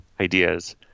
ideas